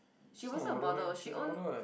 she wasn't a model she own